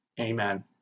Amen